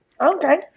Okay